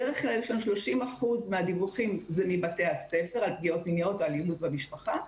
בדרך כלל 30% מהדיווחים זה מבתי הספר על פגיעות מיניות ואלימות במשפחה,